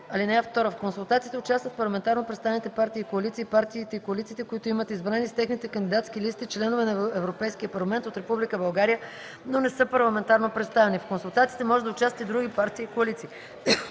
им. (2) В консултациите участват парламентарно представените партии и коалиции и партиите и коалициите, които имат избрани с техните кандидатски листи членове на Европейския парламент от Република България, но не са парламентарно представени. В консултациите може да участват и други партии и коалиции.